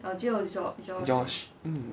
joh mm